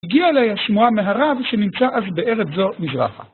הגיעה אליי השמועה מהרב שנמצא אז בארץ זו, מזרחה.